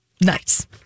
Nice